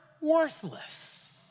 worthless